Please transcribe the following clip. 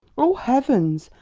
oh heavens!